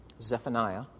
Zephaniah